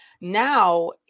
Now